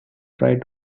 tried